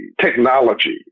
technology